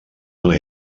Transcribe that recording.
una